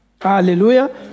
Hallelujah